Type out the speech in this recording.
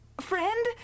Friend